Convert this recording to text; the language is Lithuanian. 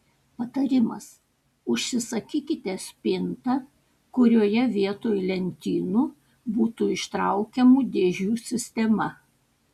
patarimas užsisakykite spintą kurioje vietoj lentynų būtų ištraukiamų dėžių sistema